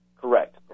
Correct